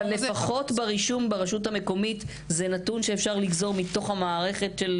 אבל לפחות ברישום ברשות המקומית זה נתון שאפשר לגזור מתוך המערכת?